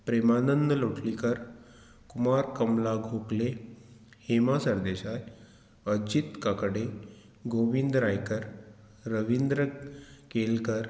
Premanand Lotlikar Kumar Kamala Gokhale Hema Sardesai Ajit Kadkade Govind Raikar Ravindra Kelkar